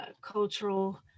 cultural